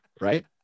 Right